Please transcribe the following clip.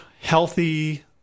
healthy